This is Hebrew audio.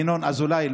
ינון אזולאי,